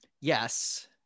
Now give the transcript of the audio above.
Yes